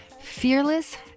fearless